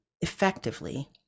effectively